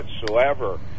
whatsoever